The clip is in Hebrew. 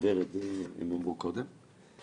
אבל